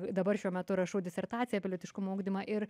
dabar šiuo metu rašau disertaciją apie lytiškumo ugdymą ir